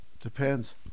Depends